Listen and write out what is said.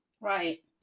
Right